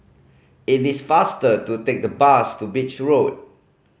is this faster to take the bus to Beach Road